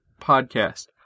podcast